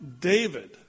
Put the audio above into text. David